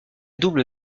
double